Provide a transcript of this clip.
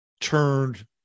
turned